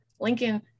Lincoln